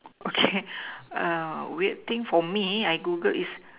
okay weird thing for me I Googled is